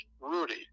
Rudy